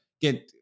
get